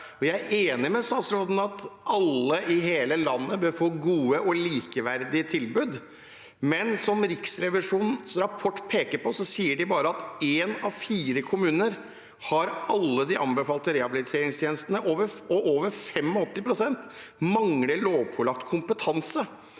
Vi er enig med statsråden i at alle i hele landet bør få gode og likeverdige tilbud, men som Riksrevisjonens rapport peker på, er det bare én av fire kommuner som har alle de anbefalte rehabiliteringstjenestene, og over 85 pst. mangler lovpålagt kompetanse.